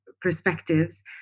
perspectives